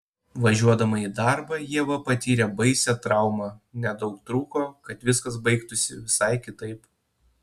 važiuodama į darbą ieva patyrė baisią traumą nedaug trūko kad viskas baigtųsi visai kitaip